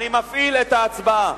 אני מפעיל את ההצבעה.